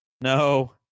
no